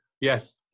Yes